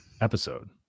episode